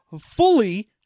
fully